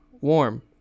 warm